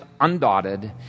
undotted